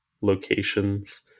locations